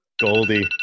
goldie